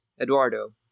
Eduardo